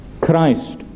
Christ